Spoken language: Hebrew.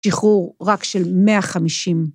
שחרור רק של 150.